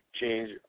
change